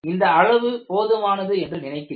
இந்த அளவு போதுமானது என்று நினைக்கிறேன்